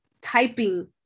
typing